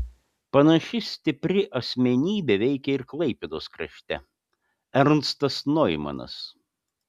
panaši stipri asmenybė veikė ir klaipėdos krašte ernstas noimanas